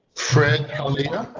fred haliya.